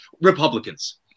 Republicans